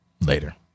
Later